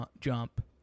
jump